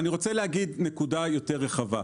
אני רוצה לדבר על נקודה יותר רחבה.